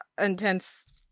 intense